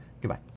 Goodbye